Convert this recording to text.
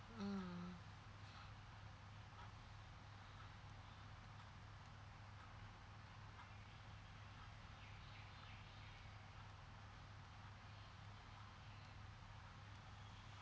mm